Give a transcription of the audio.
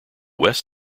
west